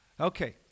Okay